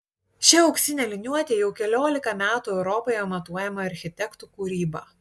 šia auksine liniuote jau keliolika metų europoje matuojama architektų kūryba